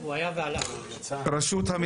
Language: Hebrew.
עורך תוכן אתר